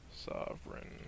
Sovereign